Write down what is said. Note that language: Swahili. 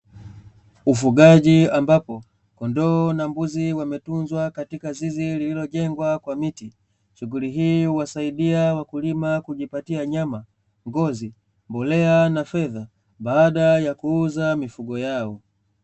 Ufugaji ambapo kondoo na mbuzi wametunzwa katika zizi lililojengwa kwa miti, shughuli hii huwasaidia wakulima kujipatia nyama, ngozi, mbolea na fedha baada ya kuuza mifugo yao.